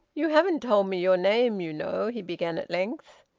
you haven't told me your name, you know, he began at length.